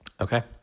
Okay